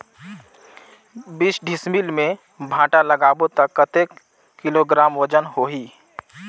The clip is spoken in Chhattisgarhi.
बीस डिसमिल मे भांटा लगाबो ता कतेक किलोग्राम वजन होही?